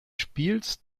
spiels